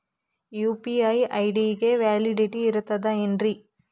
UPI ID ಗೆ validity ಇರತದ ಏನ್ರಿ?